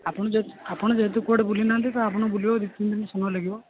ଆପଣ ଯେହେତୁ ଆପଣ ଯେହେତୁ କୁଆଡ଼େ ବୁଲିନାହାଁନ୍ତି ତେଣୁ ଆପଣଙ୍କୁ ବୁଲିବାକୁ ଦୁଇ ତିନିଦିନ ସମୟ ଲାଗିବ